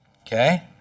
okay